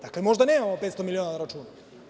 Dakle, možda nemamo 500 miliona na računu.